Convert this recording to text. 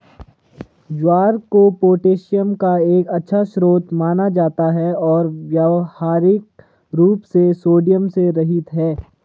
ज्वार को पोटेशियम का एक अच्छा स्रोत माना जाता है और व्यावहारिक रूप से सोडियम से रहित है